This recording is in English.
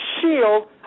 shield